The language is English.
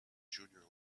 junior